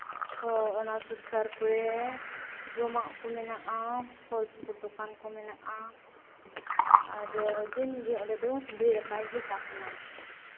ᱚᱱᱟ ᱥᱩᱨ ᱥᱟᱨ ᱠᱚᱨᱮ ᱡᱚᱢᱟᱜ ᱠᱚ ᱢᱮᱱᱟᱜᱼᱟ ᱯᱷᱚᱞ ᱯᱟᱠᱚᱲ ᱫᱚᱠᱟᱱ ᱠᱚ ᱢᱮᱱᱟᱜᱼᱟ ᱟᱨ ᱫᱤᱱᱜᱮ ᱚᱸᱰᱮ ᱫᱚ ᱵᱷᱤᱲ ᱟᱠᱟᱫ ᱜᱮ ᱛᱟᱦᱮᱱᱟ